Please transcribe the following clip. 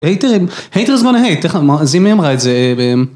הייטרים, הייטרס וואנה הייט, זה, מי אמרה את זה?